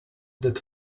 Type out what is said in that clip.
that